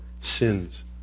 sins